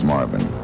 Marvin